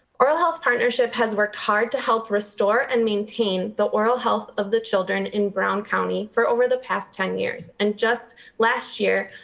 oral health partnership has worked hard to help restore and maintain the oral health of the children in brown county for over the past ten years. and just last year,